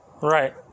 right